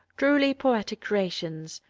truly poetic creations,